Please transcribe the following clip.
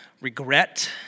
regret